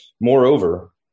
Moreover